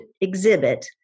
exhibit